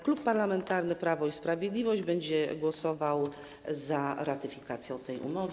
Klub Parlamentarny Prawo i Sprawiedliwość będzie głosował za ratyfikacją tej umowy.